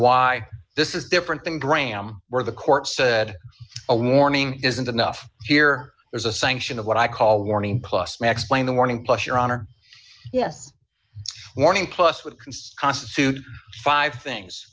why this is different than graham where the court said a warning isn't enough here there's a sanction of what i call warning plus may explain the warning plus your honor yes warning plus would constitute five things